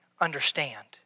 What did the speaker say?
understand